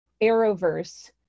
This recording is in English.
Arrowverse